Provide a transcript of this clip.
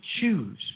choose